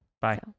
Bye